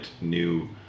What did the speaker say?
new